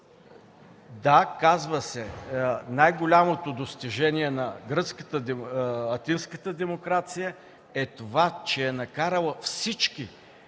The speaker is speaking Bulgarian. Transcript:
Да, казва се, че най-голямото достижение на атинската демокрация е това, че е накарала всички